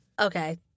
Okay